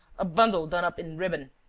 a bundle done up in ribbon.